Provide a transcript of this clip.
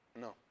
no